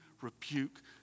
rebuke